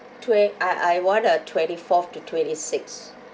twe~ I I want uh twenty fourth to twenty sixth